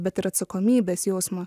bet ir atsakomybės jausmą